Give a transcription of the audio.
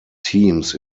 teams